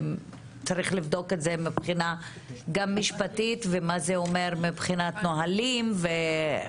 צריך לבדוק את זה גם משפטית ומה זה אומר מבחינת נהלים וחקיקה.